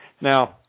Now